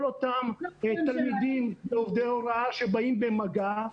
אותם תלמידים ועובדי הוראה שבאים במגע.